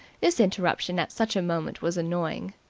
this interruption at such a moment was annoying.